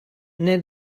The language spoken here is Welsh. wnei